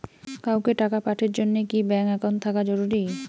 কাউকে টাকা পাঠের জন্যে কি ব্যাংক একাউন্ট থাকা জরুরি?